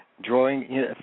Drawing